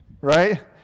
Right